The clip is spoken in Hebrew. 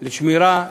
לשמירה,